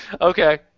Okay